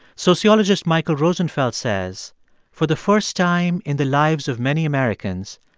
sociologist michael rosenfeld says for the first time in the lives of many americans,